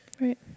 Right